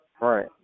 Right